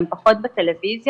הם פחות בטלוויזיה,